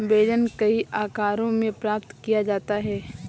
बेलन कई आकारों में प्राप्त किया जाता है